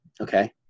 okay